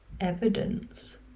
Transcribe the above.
evidence